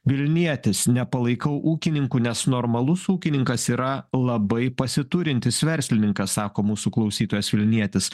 vilnietis nepalaikau ūkininkų nes normalus ūkininkas yra labai pasiturintis verslininkas sako mūsų klausytojas vilnietis